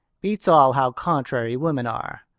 beats all how contrary women are.